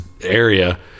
area